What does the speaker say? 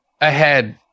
ahead